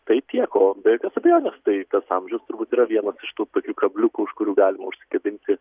tai tiek o be jokios abejonės tai tas amžius turbūt yra vienas iš tų tokių kabliukų už kurių galima užsikabinti